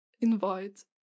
invite